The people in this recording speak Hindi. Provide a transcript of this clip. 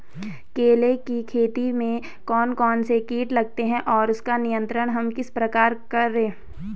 केले की खेती में कौन कौन से कीट लगते हैं और उसका नियंत्रण हम किस प्रकार करें?